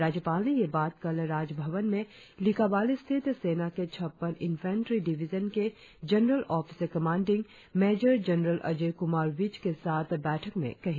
राज्यपाल ने यह बात कल राजभवन में लिकाबाली स्थित सेना के छपन इंफेन्ट्री डिविजन के general officer commanding major general Ajay Kumar Vij के साथ बैठक में कही